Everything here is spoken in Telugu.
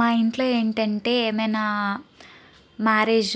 మా ఇంట్లో ఏంటంటే ఏమైనా మ్యారేజ్